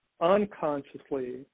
unconsciously